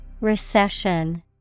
Recession